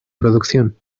producción